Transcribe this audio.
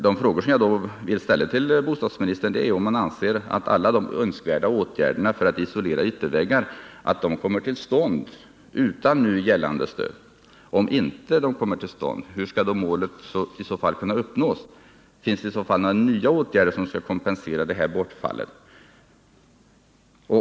Den fråga som jag vill ställa till bostadsministern är om hon därmed anser att alla önskvärda åtgärder för att isolera ytterväggar kommer till stånd utan nu gällande stöd. Om inte, hur skall då målet kunna uppnås? Finns det några nya åtgärder som skall kompensera detta bortfall?